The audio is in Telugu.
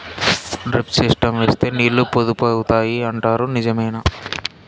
డ్రిప్ సిస్టం వేస్తే నీళ్లు పొదుపు అవుతాయి అంటారు నిజమేనా?